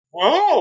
Whoa